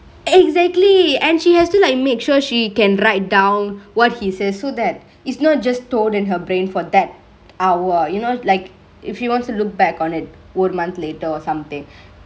exactly and she has to like make sure she can write down what he says so that it's not just told in her brain for that hour you know like if you want to look back on it one month later or somethingk